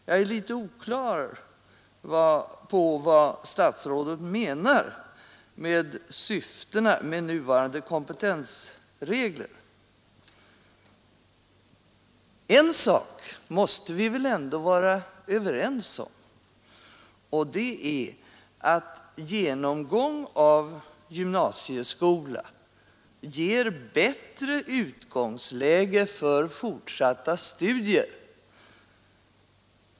Jag är litet oklar över vad statsrådet menar med ”syftena med nuvarande kompetensregler”. En sak måste vi väl ändå vara överens om, och det är att genomgång av gymnasieskola ger bättre utgångsläge för fortsatta studier.